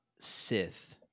Sith